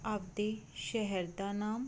ਆਪਦੇ ਸ਼ਹਿਰ ਦਾ ਨਾਮ